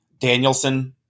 Danielson